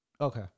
okay